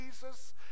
Jesus